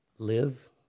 Live